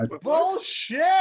Bullshit